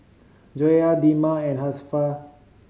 Joyah Damia and Hafsa